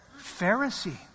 Pharisee